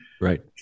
Right